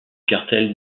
cartel